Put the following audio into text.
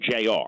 JR